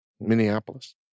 Minneapolis